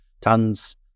tons